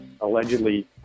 allegedly